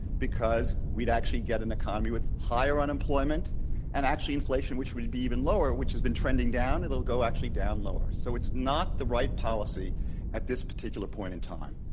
because we'd actually get an economy with higher unemployment and actually inflation, which would be even lower, which has been trending down, it'll go actually down lower. so it's not the right policy at this particular point in time.